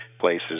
Places